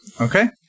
Okay